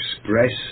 express